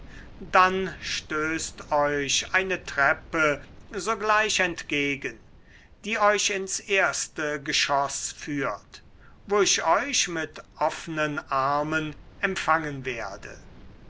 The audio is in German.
dann stößt euch eine treppe sogleich entgegen die euch ins erste geschoß führt wo ich euch mit offnen armen empfangen werde